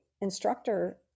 instructor